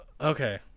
okay